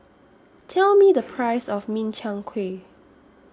Tell Me The Price of Min Chiang Kueh